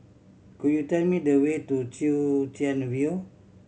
could you tell me the way to Chwee Chian View